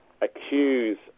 accuse